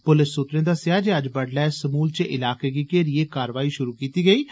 पुलस सूत्रे दस्सेआ जे अज्ज बड्डलै समूलचे इलाके गी घेरिए कारवाई षुरु कीती गेई ही